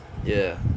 ya